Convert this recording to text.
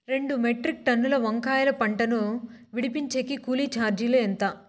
రెండు మెట్రిక్ టన్నుల వంకాయల పంట ను విడిపించేకి కూలీ చార్జీలు ఎంత?